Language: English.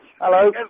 Hello